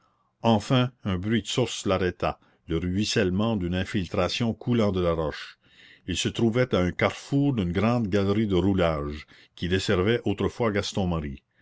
enfin un bruit de source l'arrêta le ruissellement d'une infiltration coulant de la roche il se trouvait à un carrefour d'une grande galerie de roulage qui desservait autrefois